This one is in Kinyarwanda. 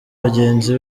bagenzi